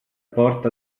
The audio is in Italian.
port